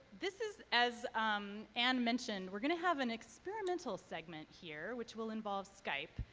this is as um anne mentioned, we're going to have an experimental segment here which will involve skype.